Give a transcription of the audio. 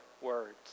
words